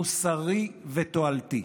מוסרי ותועלתי.